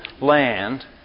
land